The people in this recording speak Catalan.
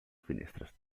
finestres